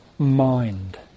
mind